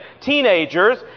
teenagers